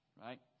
right